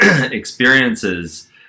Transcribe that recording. experiences